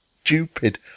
stupid